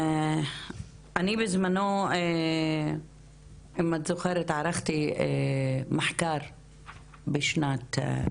אני בזמנו אם את זוכרת ערכתי מחקר בשנת 2004,